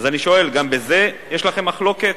אז אני שואל: גם בזה יש לכם מחלוקת?